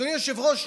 אדוני היושב-ראש,